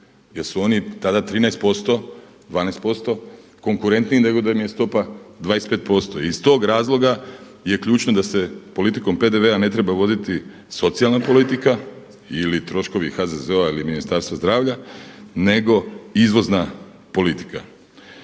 jer su oni tada 13%, 12% konkurentniji nego da im je stopa 25%. I iz tog razloga je ključno da se politikom PDV-a ne treba voditi socijalna politika ili troškova HZZO-a ili Ministarstva zdravlja, nego izvozna politika.